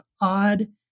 odd